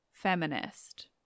Feminist